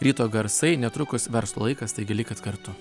ryto garsai netrukus verslo laikas taigi likit kartu